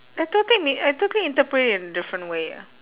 I totally mi~ I totally interpret it in different way ah